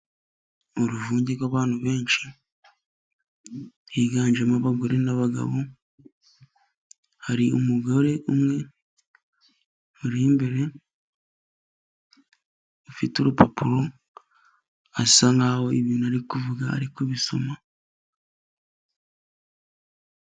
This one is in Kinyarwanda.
Mu ruvunge rw'abantu benshi higanjemo abagore n'abagabo , hari umugore umwe uri imbere, afite urupapuro asa nk aho ibintu ari kuvuga ariko bisoma.